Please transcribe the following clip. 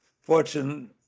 Fortune